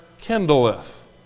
kindleth